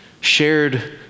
shared